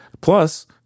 Plus